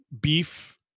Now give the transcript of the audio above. beef